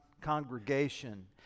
congregation